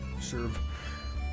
serve